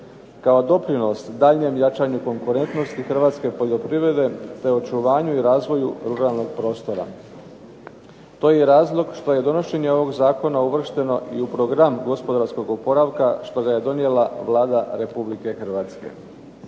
Kao doprinos daljnjem jačanju konkurentnosti hrvatske poljoprivrede te očuvanju i razvoju ruralnog prostora. To je i razlog što je donošenje ovog zakona uvršteno i u Program gospodarskog oporavka što ga je donijela Vlada Republike Hrvatske.